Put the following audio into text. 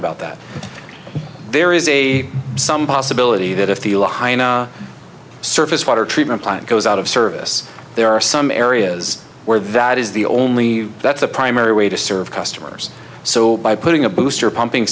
about that there is a some possibility that a feel high and surface water treatment plant goes out of service there are some areas where that is the only that's the primary way to serve customers so by putting a booster pumping